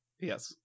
Yes